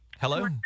Hello